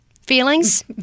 Feelings